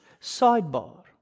sidebar